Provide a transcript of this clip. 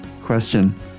Question